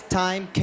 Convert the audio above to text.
time